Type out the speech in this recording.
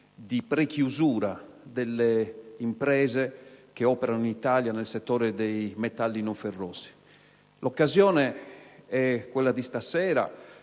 di prechiusura delle imprese che operano in Italia nel settore dei metalli non ferrosi. Colgo l'occasione di questa sera,